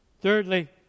Thirdly